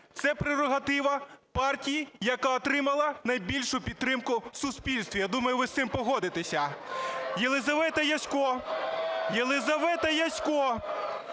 це прерогатива партії, яка отримала найбільшу підтримку в суспільстві. Я думаю, ви з цим погодитеся. Єлизавета Ясько… (Шум у залі) Єлизавета Ясько